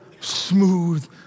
smooth